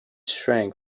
shrank